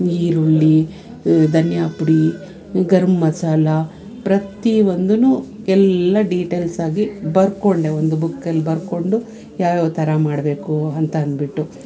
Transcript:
ಈರುಳ್ಳಿ ಧನ್ಯಾಪುಡಿ ಗರಮ್ ಮಸಾಲ ಪ್ರತಿ ಒಂದು ಎಲ್ಲ ಡಿಟೇಲ್ಸಾಗಿ ಬರ್ಕೊಂಡೆ ಒಂದು ಬುಕ್ಕಲ್ಲಿ ಬರ್ಕೊಂಡು ಯಾವ್ಯಾವ ಥರ ಮಾಡಬೇಕು ಅಂತ ಅಂದುಬಿಟ್ಟು